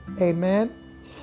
Amen